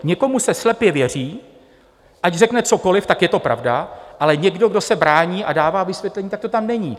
Někomu se slepě věří, ať řekne cokoliv, tak je to pravda, ale někdo, kdo se brání a dává vysvětlení, tak to tam není.